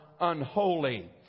unholy